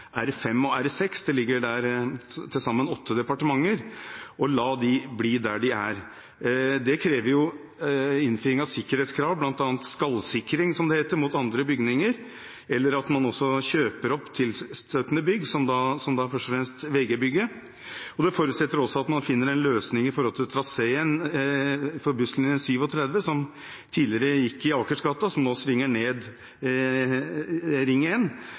er å la departementene som ligger langs vestsiden av Akersgata i dag, i det som kalles R5 og R6 – det ligger til sammen åtte departementer der – bli der de er. Det krever innfriing av sikkerhetskrav, bl.a. skallsikring, som det heter, mot andre bygninger, eller at man kjøper opp tilstøtende bygg, først og fremst VG-bygget. Det forutsetter også at man finner en løsning for traseen til busslinje 37, som tidligere gikk i Akersgata, men som nå svinger ned